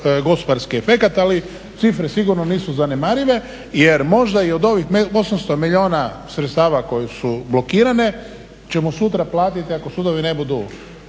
gospodarski efekat, ali cifre sigurno nisu zanemarive jer možda i od ovih 800 milijuna sredstava koje su blokirane ćemo sutra platiti ako sudovi ne budu